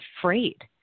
afraid